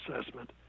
assessment